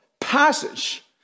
passage